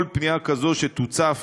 כל פנייה כזו שתוצף